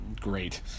great